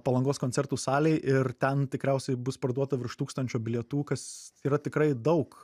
palangos koncertų salėj ir ten tikriausiai bus parduota virš tūkstančio bilietų kas yra tikrai daug